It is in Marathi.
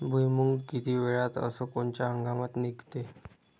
भुईमुंग किती वेळात अस कोनच्या हंगामात निगते?